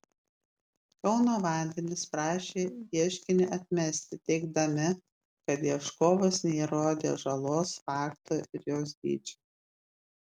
kauno vandenys prašė ieškinį atmesti teigdami kad ieškovas neįrodė žalos fakto ir jos dydžio